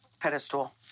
pedestal